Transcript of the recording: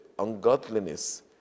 ungodliness